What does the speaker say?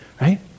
Right